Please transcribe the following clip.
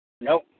Nope